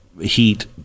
heat